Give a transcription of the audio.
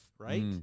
Right